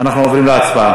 אנחנו עוברים להצבעה.